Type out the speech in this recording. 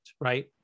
right